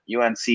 UNC –